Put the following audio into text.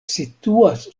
situas